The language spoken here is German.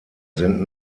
sind